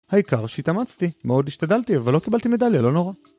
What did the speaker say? העיקר שהתאמצתי, מאוד השתדלתי אבל לא קיבלתי מדליה, לא נורא.